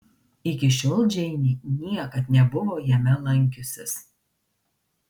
iki šiol džeinė niekad nebuvo jame lankiusis